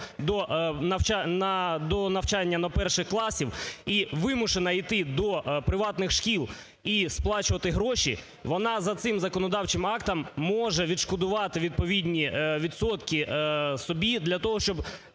або навчання до перших класів, і вимушена йти до приватних шкіл і сплачувати гроші, вона за цим законодавчим актом може відшкодувати відповідні відсотки собі, для того, щоб